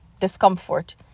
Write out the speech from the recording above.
discomfort